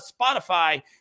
spotify